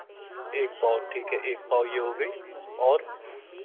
एक पाव ठीक है एक पाव ये हो गई और